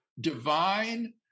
divine